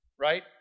right